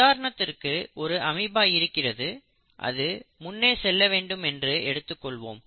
உதாரணத்திற்கு ஒரு அமீபா இருக்கிறது அது முன்னே செல்ல வேண்டும் என்று எடுத்துக் கொள்வோம்